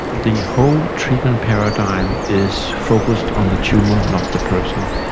the whole treatment paradigm is focused on the tumour, not the person,